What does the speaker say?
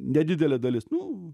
nedidelė dalis nu